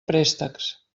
préstecs